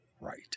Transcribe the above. right